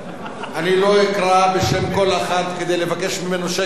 אני לא אקרא בשם כל אחד כדי לבקש ממנו שקט.